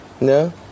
No